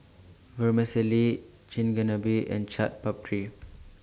Vermicelli Chigenabe and Chaat Papri